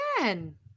again